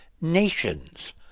nations